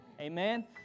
Amen